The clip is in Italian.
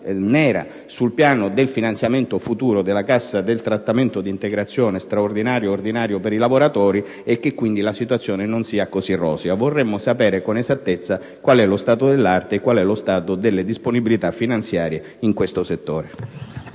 nera sul piano del finanziamento futuro del trattamento di integrazione straordinaria ed ordinaria per i lavoratori, e che quindi la situazione non sia così rosea. Vorremmo sapere con esattezza qual è lo stato dell'arte e delle disponibilità finanziarie in questo settore.